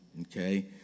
Okay